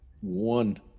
one